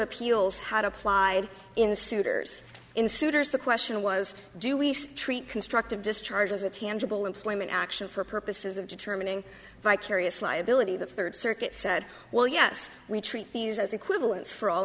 appeals had applied in the suitors in suiters the question was do we street constructive discharge as a tangible employment action for purposes of determining vicarious liability the third circuit said well yes we treat these as equivalents for all